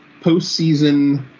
postseason